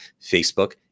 Facebook